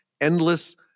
endless